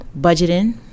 budgeting